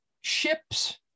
ships